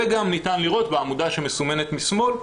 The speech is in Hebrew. וגם ניתן לראות בעמודה שמסומנת משמאל,